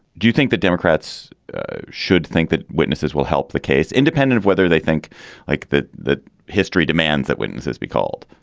do you think the democrats should think that witnesses will help the case independent, whether they think like that the history demands that witnesses be called,